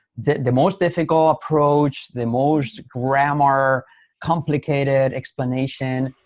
the the most difficult approach, the most grammar complicated explanation.